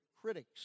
critics